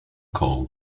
call